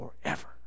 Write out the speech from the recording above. forever